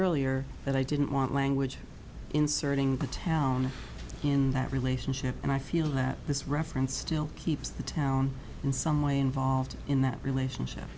earlier that i didn't want language inserting a town in that relationship and i feel that this reference still keeps the town in some way involved in that relationship